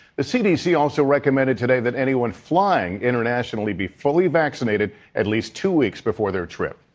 the cdc also recommended today that anyone flying internationally be fully vaccinated at least two weeks before their trip.